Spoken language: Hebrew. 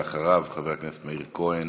אחריו, חבר הכנסת מאיר כהן.